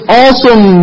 awesome